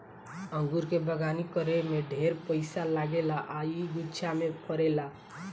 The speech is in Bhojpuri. अंगूर के बगानी करे में ढेरे पइसा लागेला आ इ गुच्छा में फरेला